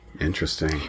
Interesting